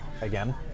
Again